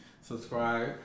subscribe